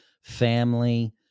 family